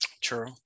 True